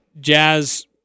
Jazz